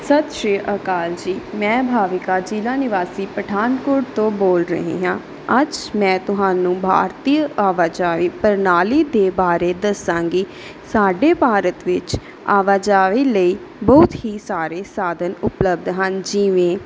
ਸਤਿ ਸ਼੍ਰੀ ਅਕਾਲ ਜੀ ਮੈਂ ਭਾਵਿਕਾ ਜਿਲ੍ਹਾ ਨਿਵਾਸੀ ਪਠਾਨਕੋਟ ਤੋਂ ਬੋਲ ਰਹੀ ਹਾਂ ਅੱਜ ਮੈਂ ਤੁਹਾਨੂੰ ਭਾਰਤੀ ਆਵਾਜਾਈ ਪ੍ਰਣਾਲੀ ਦੇ ਬਾਰੇ ਦੱਸਾਂਗੀ ਸਾਡੇ ਭਾਰਤ ਵਿੱਚ ਆਵਾਜਾਈ ਲਈ ਬਹੁਤ ਹੀ ਸਾਰੇ ਸਾਧਨ ਉਪਲੱਬਧ ਹਨ ਜਿਵੇਂ